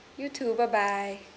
you too bye bye